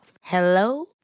Hello